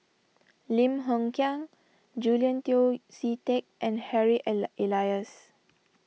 Lim Hng Kiang Julian Yeo See Teck and Harry Ala Elias